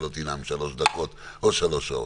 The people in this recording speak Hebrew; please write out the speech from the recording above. שלא תנאם שלוש דקות או שלוש שעות.